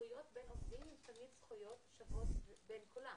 זכויות בין עובדים הם תמיד זכויות שוות בין כולם.